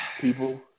People